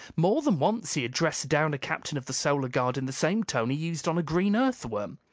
more than once he had dressed down a captain of the solar guard in the same tone he used on a green earthworm.